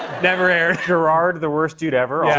never aired. gerard, the worse dude ever, yeah